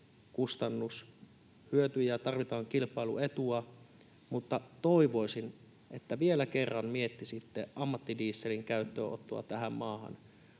kustannushyötyjä, tarvitaan kilpailuetua, mutta toivoisin, että vielä kerran miettisitte ammattidieselin käyttöönottoa tähän maahan.